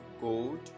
gold